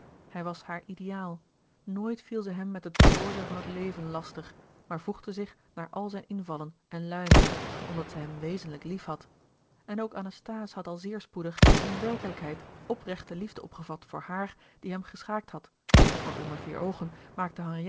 hij was haar ideaal nooit viel ze hem met het proza van het leven lastig maar voegde zich naar al zijne invallen en luimen omdat zij hem wezenlijk liefhad en ook anasthase had al zeer spoedig in werkelijkheid opregte liefde opgevat voor haar die hem geschaakt had want onder vier oogen maakte